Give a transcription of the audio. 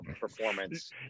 performance